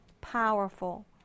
powerful